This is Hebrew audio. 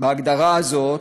בהגדרה הזאת.